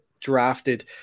drafted